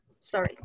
Sorry